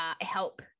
help